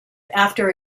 after